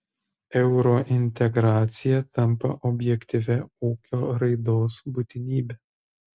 eurointegracija tampa objektyvia ūkio raidos būtinybe